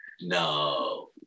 No